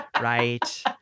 right